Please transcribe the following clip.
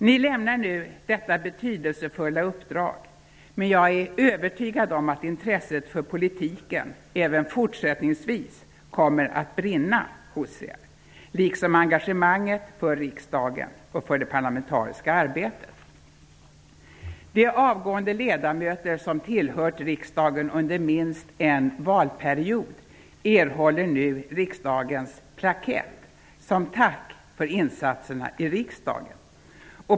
Ni lämnar nu detta betydelsefulla uppdrag, men jag är övertygad om att intresset för politiken även fortsättningsvis kommer att brinna hos er, liksom engagemanget för riksdagen och för det parlamentariska arbetet. De avgående ledamöter som tillhört riksdagen under minst en valperiod, erhåller nu riksdagens plakett, som tack för insatserna i riksdagen.